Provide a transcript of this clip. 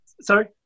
Sorry